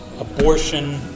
abortion